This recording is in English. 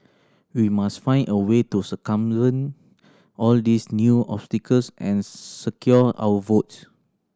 we must find a way to circumvent all these new obstacles and secure our votes